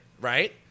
right